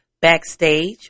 Backstage